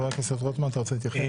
חבר הכנסת רוטמן, אתה רוצה להתייחס?